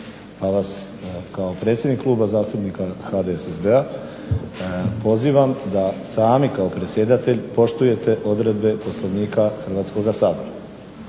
pa vas kao predsjednik Kluba zastupnika HDSSB-a pozivam da sami kao predsjedatelj poštujete odredbe Poslovnika Hrvatskog sabora.